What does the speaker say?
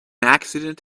accident